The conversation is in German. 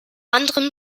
anderem